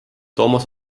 toomas